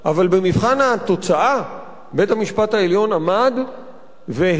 אבל במבחן התוצאה, בית-המשפט העליון עמד והציל,